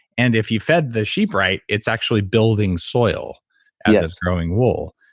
and if you fed the sheep right, it's actually building soil as it's growing wool.